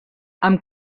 amb